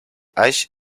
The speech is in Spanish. aix